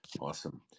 awesome